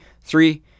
three